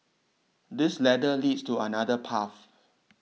this ladder leads to another path